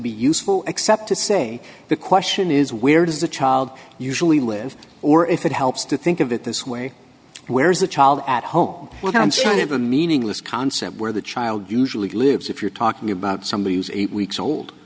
be useful except to say the question is where does the child usually live or if it helps to think of it this way where is the child at home welcome sign of a meaningless concept where the child usually lives if you're talking about somebody who's eight weeks old